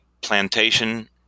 plantation